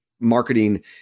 marketing